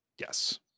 Yes